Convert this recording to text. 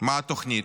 מה התוכנית,